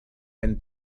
ben